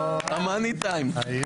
ב-money time?